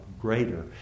greater